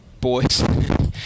boys